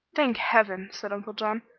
thank heaven, said uncle john,